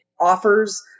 offers